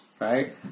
right